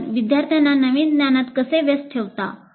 आपण विद्यार्थ्यांना नवीन ज्ञानात कसे व्यस्त ठेवता